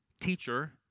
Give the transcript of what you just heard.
teacher